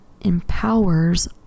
empowers